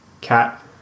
cat